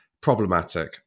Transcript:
problematic